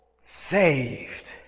saved